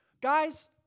Guys